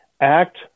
Act